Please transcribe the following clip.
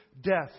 death